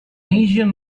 asian